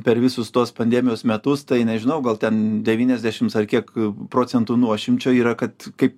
per visus tuos pandemijos metus tai nežinau gal ten devyniasdešims ar kiek procentų nuošimčio yra kad kaip